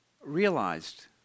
realized